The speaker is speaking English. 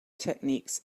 techniques